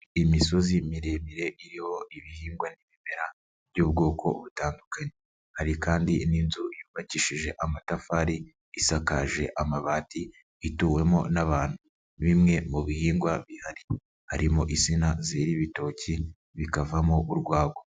Imisozi miremire iriho ibihingwa n'ibimera by'ubwoko butandukanye. Hari kandi n'inzu yubakishije amatafari, isakaje amabati, ituwemo n'abantu. Bimwe mu bihingwa bihari harimo insina zera ibitoki bikavamo urwagwa.